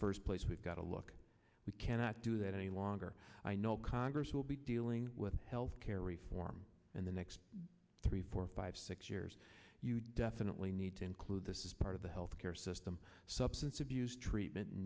first place we've got to look we cannot do that any longer i know congress will be dealing with health care reform in the next three four five six years you definitely need to include this is part of the health care system substance abuse treatment